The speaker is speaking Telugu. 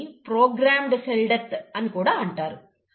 దీన్ని ప్రోగ్రామ్మ్డ్ సెల్ డెత్ అని కూడా అంటారు